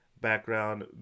background